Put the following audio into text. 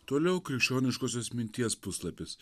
toliau krikščioniškosios minties puslapis